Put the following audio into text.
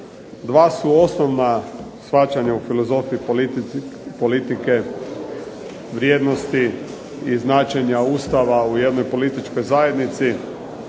Dva su osnovna shvaćanja u filozofiji politike, vrijednosti i značenja Ustava u jednoj političkoj zajednici,